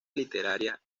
literaria